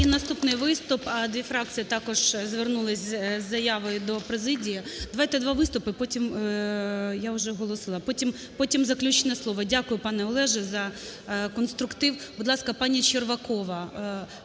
наступний виступ. Дві фракції також звернулися з заявою до президії. Давайте два виступи, потім… я вже оголосила, потім заключне слово. Дякую, пане Олеже, за конструктив. Будь ласка, пані Червакова.